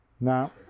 Now